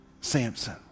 Samson